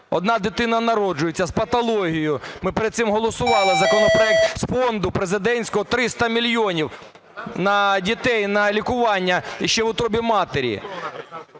одна дитина народжується з патологією. Ми перед цим голосували законопроект, з Фонду президентського 300 мільйонів на дітей на лікування ще в утробі матері.